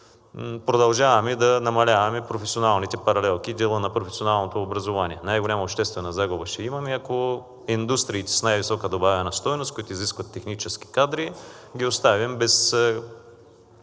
продължаваме да намаляваме професионалните паралелки и дела на професионалното образование. Най-голяма обществена загуба ще имаме, ако индустриите с най-висока добавена стойност, които изискват технически кадри, ги оставим без